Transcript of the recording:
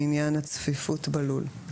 לעניין הצפיפות בלול.